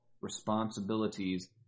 responsibilities